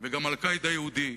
וגם "אל-קאעידה" יהודי.